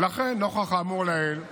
ולכן, נוכח האמור לעיל,